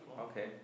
Okay